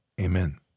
amen